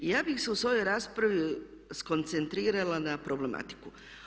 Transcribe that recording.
I ja bih se u svojoj raspravi skoncentrirala na problematiku.